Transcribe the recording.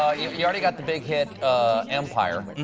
you already got the big hit empire.